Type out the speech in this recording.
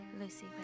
Lucy